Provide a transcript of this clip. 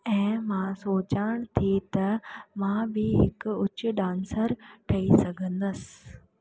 ऐं मां सोचां थी त मां बि हिकु ऊची डांसर ठही सघंदसि